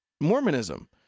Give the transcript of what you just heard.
Mormonism